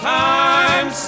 time